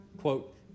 Quote